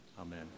Amen